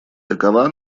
такова